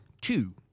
Two